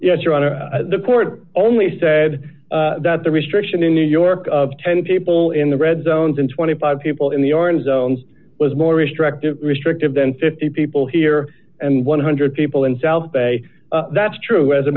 yes your honor the court only said that the restriction in new york of ten people in the red zones and twenty five people in the orange zones was more restrictive restrictive than fifty people here and one hundred people in south bay that's true as a